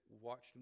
watched